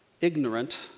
ignorant